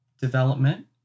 development